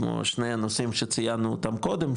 כמו שני הנושאים שציינו אותם קודם,